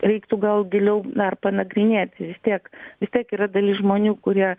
reiktų gal giliau dar panagrinėti vis tiek vis tiek yra dalis žmonių kurie